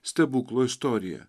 stebuklo istorija